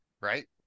right